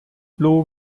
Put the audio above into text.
blew